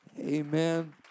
Amen